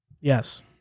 Yes